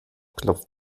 klopft